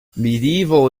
mediaeval